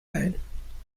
ein